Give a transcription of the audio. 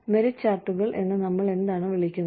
merit ചാർട്ടുകൾ എന്ന് നമ്മൾ എന്താണ് വിളിക്കുന്നത്